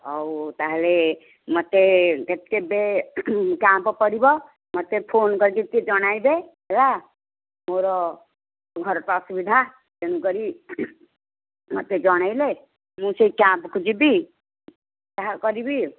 ହେଉ ତା'ହେଲେ ମୋତେ ଯେବେ କ୍ୟାମ୍ପ ପଡ଼ିବ ମୋତେ ଫୋନ କରିକି ଟିକେ ଜଣାଇବେ ହେଲା ମୋର ଘରେ ପା ଅସୁବିଧା ତେଣୁକରି ମୋତେ ଜଣାଇଲେ ମୁଁ ସେ କ୍ୟାମ୍ପକୁ ଯିବି ଯାହା କରିବି